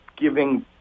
giving